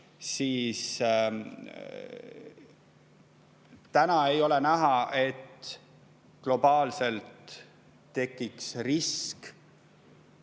siis täna ei ole näha, et globaalselt tekiks risk